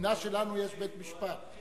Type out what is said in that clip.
במדינה שלנו יש בית-משפט.